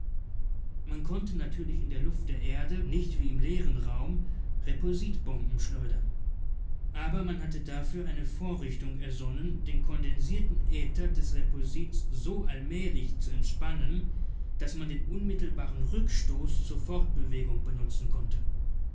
man konnte natürlich in der luft der erde nicht wie im leeren raum repulsitbomben schleudern aber man hatte dafür eine vorrichtung ersonnen den kondensierten äther des repulsits so allmählich zu entspannen daß man den unmittelbaren rückstoß zur fortbewegung benutzen konnte